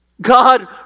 God